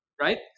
right